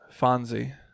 Fonzie